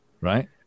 right